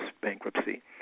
bankruptcy